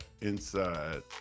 inside